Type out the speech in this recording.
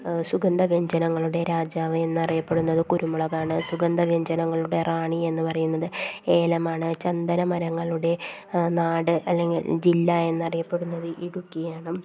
സുഗന്ധ വ്യഞ്ജനങ്ങളുടെ രാജാവ് എന്നറിയപ്പെടുന്നത് കുരുമുളകാണ് സുഗന്ധ വ്യഞ്ജനങ്ങളുടെ റാണി എന്ന് പറയുന്നത് ഏലമാണ് ചന്ദന മരങ്ങളുടെ നാട് അല്ലെങ്കിൽ ജില്ല എന്നറിയപ്പെടുന്നത് ഇടുക്കിയാണ്